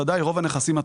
בצל הסיפור הזה,